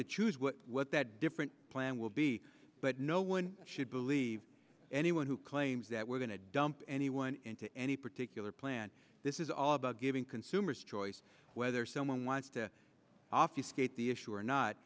to choose what that different plan will be but no one should believe anyone who claims that we're going to dump anyone into any particular plan this is all about giving consumers choice whether someone wants to off the skate the issue or not